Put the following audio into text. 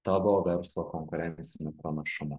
tavo verslo konkurenciniu pranašumu